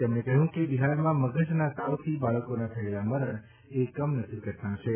તેમજ્ઞે કહ્યું કે બિહારમાં મગજના તાવથી બાળકોના થયેલા મરણ એ કમનસીબ છે